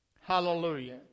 Hallelujah